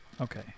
Okay